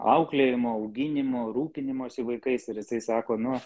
auklėjimo auginimo rūpinimosi vaikais ir jisai sako nu